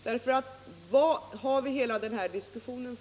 Varför har vi hela den här diskussionen?